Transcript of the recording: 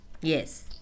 yes